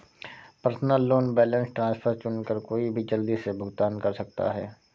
personal loan balance transfer चुनकर कोई भी जल्दी से भुगतान कर सकता है